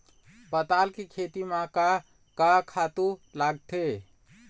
पताल के खेती म का का खातू लागथे?